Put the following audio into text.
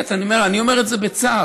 אני אומר את זה בצער.